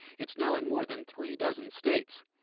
it's now in more than three dozen states.